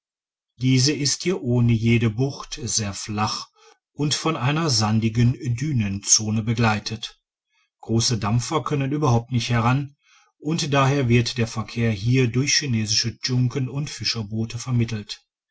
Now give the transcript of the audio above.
diese ist hier ohne jede bucht sehr flach und von einer sandigen dünenzone begleitet grosse dampfer können überhaupt nicht heran und daher wird der verkehr hier durch chinesische dschunken und fischerboote vermittelt